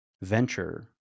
venture